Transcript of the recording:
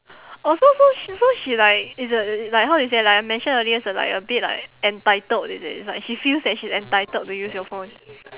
oh so so so she like is a like how do you say like I mentioned earlier is like a bit like entitled is it is like she feels that she's entitled to use your phone